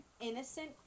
innocent